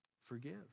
forgive